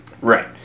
Right